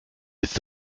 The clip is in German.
ist